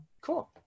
Cool